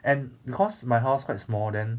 and because my house quite small then